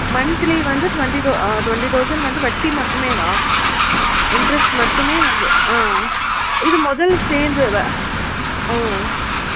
monthly வந்து twenty thou twenty thousand வந்து வட்டி மட்டுமேவா இன்ட்ரெஸ்ட் மட்டுமே வந்து ஆ இது முதல் சேர்ந்து வ ஓ